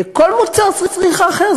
כל מוצר צריכה אחר,